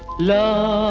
la